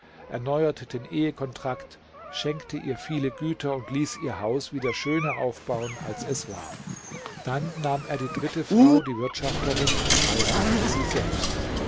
erneuerte den ehekontrakt schenkte ihr viele güter und ließ ihr haus wieder schöner aufbauen als es war dann nahm er die dritte frau die wirtschafterin und heiratete sie selbst